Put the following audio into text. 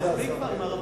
מספיק כבר עם הר-הבית.